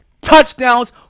touchdowns